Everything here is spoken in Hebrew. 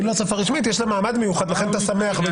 אולי בניגוד לחלק מהאנשים בחללים אחרים בוועדות.